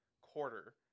quarter